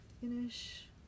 finish